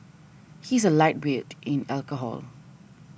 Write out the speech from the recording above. he is a lightweight in alcohol